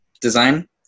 design